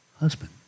husband